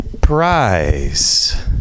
prize